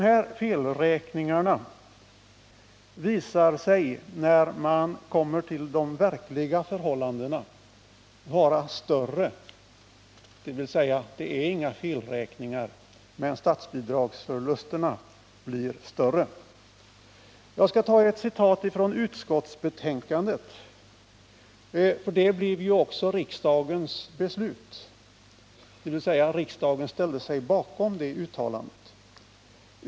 När man kom fram till de verkliga förhållandena har det visat sig att dessa felräkningar varit större, dvs. det är inte fråga om felräkningar. Statsbidragsförlusterna har blivit ännu större. Jag skall återge ett citat från utskottsbetänkandet. Riksdagen ställde sig bakom det betänkandet och beslöt enligt utskottets förslag.